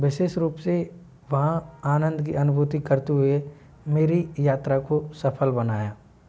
विशेष रूप से वहाँ आनंद की अनुभूति करती हुए मेरी यात्रा को सफल बनाया